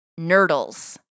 nurdles